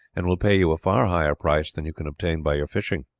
and will pay you a far higher price than you can obtain by your fishing.